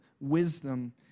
wisdom